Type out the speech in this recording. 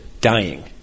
dying